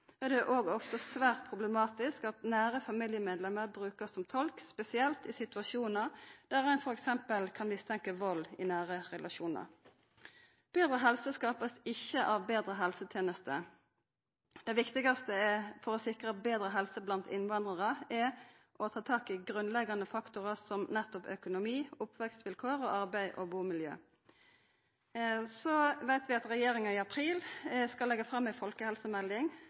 tolk, og det er ofte svært problematisk at nære familiemedlemer blir brukte som tolk, spesielt i situasjonar der ein f.eks. kan mistenkja vald i nære relasjonar. Betre helse skapar ein ikkje av betre helsetenester. Det viktigaste for å sikra betre helse blant innvandrarar er å ta tak i grunnleggjande faktorar, som nettopp økonomi, oppvekstvilkår og arbeids- og bumiljø. Vi veit at regjeringa i april skal leggja fram ei folkehelsemelding.